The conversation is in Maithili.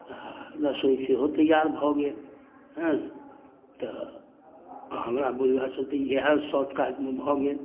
आओर रसोइ सेहो तैयार भऽ गेल हँ तऽ हमरा बुझलासँ तऽ इएह शार्टकटमे भऽ गेल